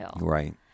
Right